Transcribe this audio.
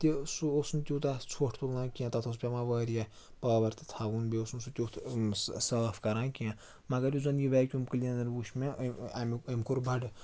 تہِ سُہ اوس نہٕ تیوٗتاہ ژھۄٹھ تُلان کینٛہہ تَتھ اوس پٮ۪وان واریاہ پاوَر تہِ تھاوُن بیٚیہِ اوس نہٕ سُہ تیُتھ صہٕ صاف کَران کینٛہہ مگر یُس زَن یہِ وٮ۪کیوٗم کٕلیٖنَر وُچھ مےٚ اَمیُک أمۍ کوٚر بَڑٕ